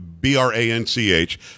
b-r-a-n-c-h